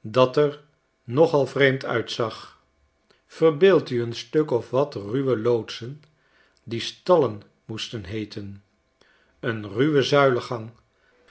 dat er nogal vreemd uitzag verbeeld u een stuk of wat ruwe loodsen die stallen moesten heeten een ruwe zuilengang